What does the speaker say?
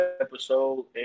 episode